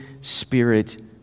Spirit